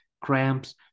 cramps